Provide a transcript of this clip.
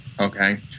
Okay